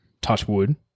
Touchwood